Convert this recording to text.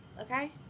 okay